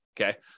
okay